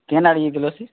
କେନ୍ ଆଡ଼େ ଯାଇଥିଲ ସେ